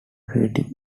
ratings